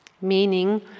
meaning